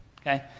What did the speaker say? Okay